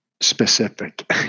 specific